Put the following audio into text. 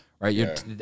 right